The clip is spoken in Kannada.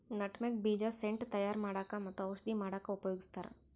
ನಟಮೆಗ್ ಬೀಜ ಸೆಂಟ್ ತಯಾರ್ ಮಾಡಕ್ಕ್ ಮತ್ತ್ ಔಷಧಿ ಮಾಡಕ್ಕಾ ಉಪಯೋಗಸ್ತಾರ್